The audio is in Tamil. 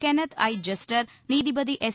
கென்னத் ஐ ஐஸ்டர் நீதிபதி எஸ்